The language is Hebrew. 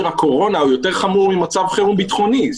הקורונה יותר חירום ממצב חירום ביטחוני.